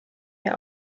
der